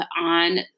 on